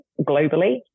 globally